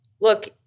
look